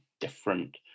different